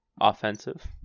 Offensive